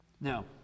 Now